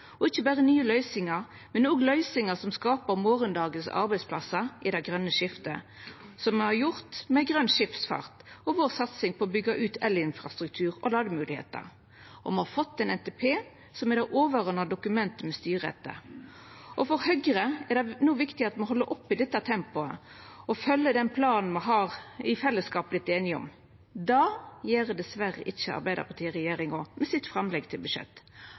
Ikkje berre er det nye løysingar, men også løysingar som skaper morgondagens arbeidsplassar i det grøne skiftet, som me har gjort med grøn skipsfart og vår satsing på å byggja ut elinfrastruktur og lademoglegheiter. Me har fått ein NTP, som er det overordna dokumentet me styrer etter. For Høgre er det no viktig at me held oppe dette tempoet og følgjer den planen me i fellesskap har vorte einige om. Det gjer diverre ikkje Arbeidarparti-regjeringa med sitt framlegg til budsjett.